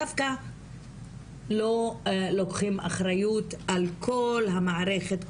דווקא לא לוקחים אחריות על כל המערכת,